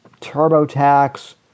TurboTax